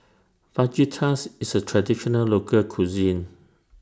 Fajitas IS A Traditional Local Cuisine